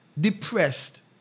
depressed